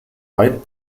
weit